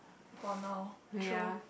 for now true